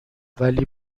ولی